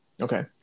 Okay